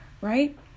Right